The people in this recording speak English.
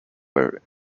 were